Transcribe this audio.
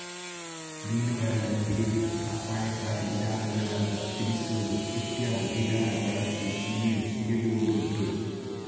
ಮೀನುಗಳನ್ನ ಹಿಡೀಲಿಕ್ಕೆ ಅಪಾಯಕಾರಿ ವಿಧಾನಗಳಾದ ಸಿಡಿಸುದು ಇತ್ಯಾದಿ ವಿಧಾನ ಬಳಸಿ ಮೀನು ಹಿಡಿಯುದುಂಟು